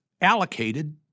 allocated